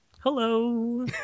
hello